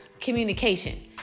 communication